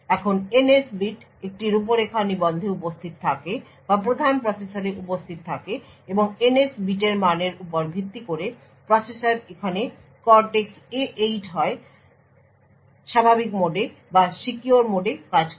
এখন NS bit একটি রূপরেখা নিবন্ধে উপস্থিত থাকে বা প্রধান প্রসেসরে উপস্থিত থাকে এবং NS বিটের মানের উপর ভিত্তি করে প্রসেসর এখানে কর্টেক্স A8 হয় স্বাভাবিক মোডে বা সিকিউর মোডে কাজ করে